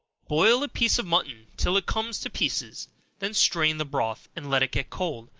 boil a piece of mutton till it comes to pieces then strain the broth, and let it get cold,